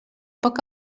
poc